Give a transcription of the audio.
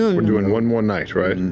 ah and we're doing one more night, right?